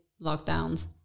lockdowns